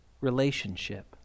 relationship